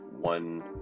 one